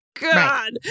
God